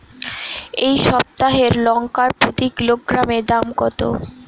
এই সপ্তাহের লঙ্কার প্রতি কিলোগ্রামে দাম কত?